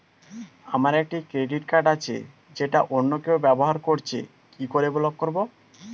আমার একটি credit card আছে যেটা অন্য কেউ ব্যবহার করছে কি করে ব্লক করবো?